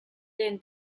den